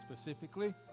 specifically